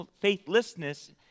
faithlessness